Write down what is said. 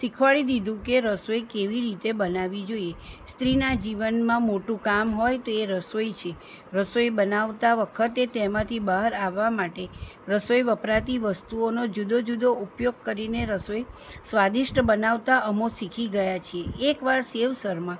શિખવાડી દીધું કે રસોઈ કેવી રીતે બનાવવી જોઈએ સ્ત્રીના જીવનમાં મોટું કામ હોય તો એ રસોઈ છે રસોઈ બનાવતી વખતે તેમાંથી બહાર આવવા માટે રસોઈ વપરાતી વસ્તુઓનો જુદો જુદો ઉપયોગ કરીને રસોઈ સ્વાદિષ્ટ બનાવતા અમો શીખી ગયાં છીએ એકવાર સેવ સરમાં